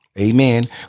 Amen